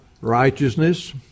Righteousness